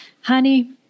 honey